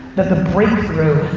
that the breakthrough,